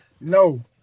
No